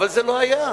אבל זה לא היה.